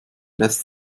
lässt